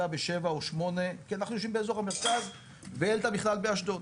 ב-7 או 8. כי אנחנו יושבים באזור המרכז ואלתא בכלל באשדוד.